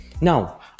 Now